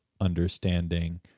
understanding